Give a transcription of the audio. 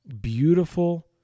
beautiful